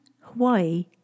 Hawaii